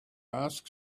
ask